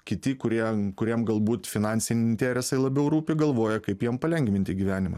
kiti kurie kuriem galbūt finansiniai interesai labiau rūpi galvoja kaip jiem palengvinti gyvenimą